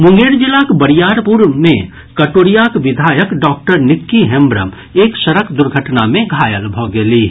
मुंगेर जिलाक बरियारपुर मे कटोरियाक विधायक डॉक्टर निक्की हेम्ब्रम एक सड़क दुर्घटना मे घायल भऽ गेलीह